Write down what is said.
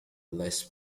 less